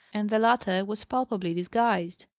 and the latter was palpably disguised.